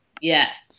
Yes